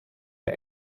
der